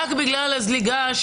רק בגלל הזליגה?